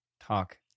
talk